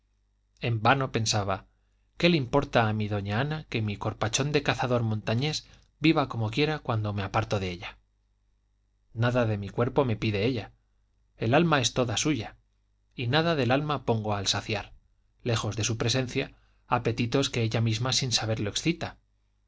en vano pensaba qué le importa a mi doña ana que mi corpachón de cazador montañés viva como quiera cuando me aparto de ella nada de mi cuerpo me pide ella el alma es toda suya y nada del alma pongo al saciar lejos de su presencia apetitos que ella misma sin saberlo excita